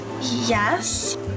Yes